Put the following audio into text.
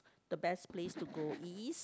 the best place to go is